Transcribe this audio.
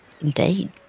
Indeed